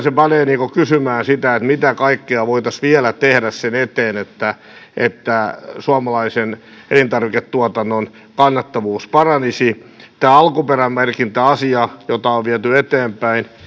se panee kysymään sitä mitä kaikkea voitaisiin vielä tehdä sen eteen että että suomalaisen elintarviketuotannon kannattavuus paranisi tämä alkuperämerkintäasia jota on viety eteenpäin